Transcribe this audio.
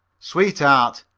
sweetheart,